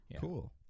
cool